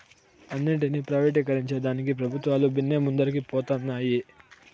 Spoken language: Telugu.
అన్నింటినీ ప్రైవేటీకరించేదానికి పెబుత్వాలు బిన్నే ముందరికి పోతన్నాయి